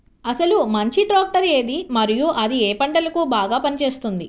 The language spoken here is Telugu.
అసలు మంచి ట్రాక్టర్ ఏది మరియు అది ఏ ఏ పంటలకు బాగా పని చేస్తుంది?